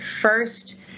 first